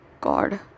God